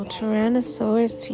Tyrannosaurus